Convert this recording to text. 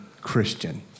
Christian